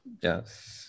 Yes